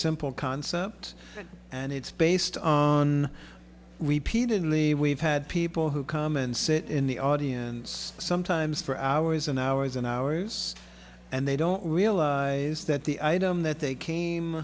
simple concept and it's based on repeatedly we've had people who come and sit in the audience sometimes for hours and hours and hours and they don't realize that the item that they came